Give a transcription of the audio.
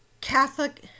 Catholic